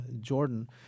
Jordan